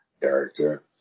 character